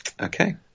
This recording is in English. Okay